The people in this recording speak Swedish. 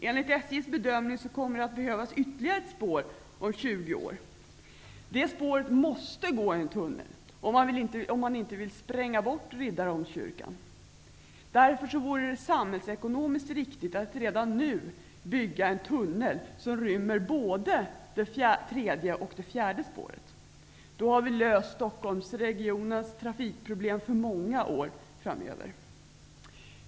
Enligt SJ:s bedömning kommer det att behövas ytterligare ett spår om 20 år. Det spåret måste gå i en tunnel om man inte vill spränga bort Riddarholmskyrkan. Därför vore det samhällsekonomiskt riktigt att redan nu bygga en tunnel som rymmer både det tredje och det fjärde spåret. Då har vi löst Stockholmsregionens trafikproblem för många år framöver.